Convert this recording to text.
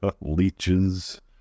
leeches